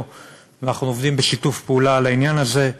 ואנחנו עובדים בשיתוף פעולה על העניין הזה.